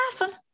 laughing